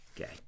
Okay